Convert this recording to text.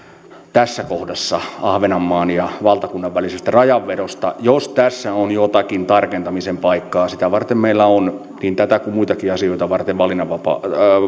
tässä kohdassa ahvenanmaan ja valtakunnan välisestä rajanvedosta jos tässä on jotakin tarkentamisen paikkaa niin sitä varten meillä on niin tätä kuin muitakin asioita varten